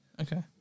Okay